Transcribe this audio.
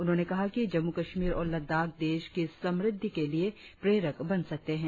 उन्होंने कहा कि जम्मू कश्मीर और लद्दाख देश की समृद्धि के लिए प्रेरक बन सकते हैं